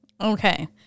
okay